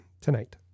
tonight